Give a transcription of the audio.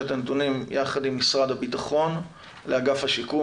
לנתונים יחד עם משרד הביטחון לאגף השיקום,